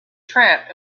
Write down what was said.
trap